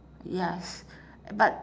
ya it's but